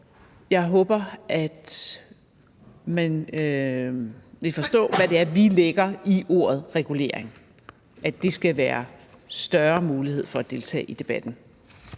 jeg håber, at man vil forstå, hvad det er, vi lægger i ordet regulering, nemlig at der skal være større mulighed for at deltage i debatten.